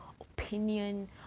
opinion